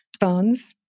phones